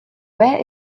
where